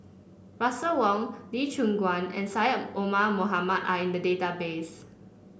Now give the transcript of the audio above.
Russel Wong Lee Choon Guan and Syed Omar Mohamed are in the database